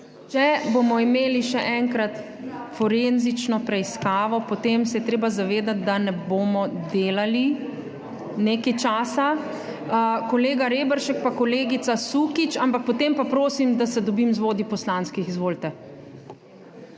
Če bomo imeli, še enkrat, forenzično preiskavo, potem se je treba zavedati, da nekaj časa ne bomo delali. Kolega Reberšek pa kolegica Sukič, ampak potem pa prosim, da se dobim z vodji poslanskih. Izvolite.